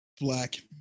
black